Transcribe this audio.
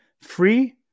Free